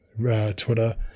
twitter